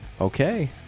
Okay